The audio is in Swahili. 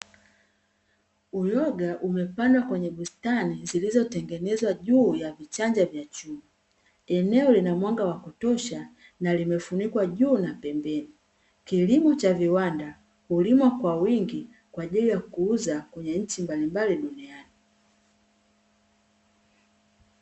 Uyoga umepandwa kwenye bustani zilizotengenezwa juu ya vichanja vya chuma, eneo lina mwanga wa kutosha na limefunikwa juu na pembeni, kilimo cha viwanda hulimwa kwa wingi kwaajili ya kuuza kwenye nchi mbalimbali duniani.